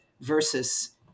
versus